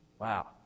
Wow